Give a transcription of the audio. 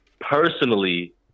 personally